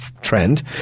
trend